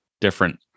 different